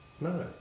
No